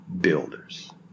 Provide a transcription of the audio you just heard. builders